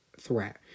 threat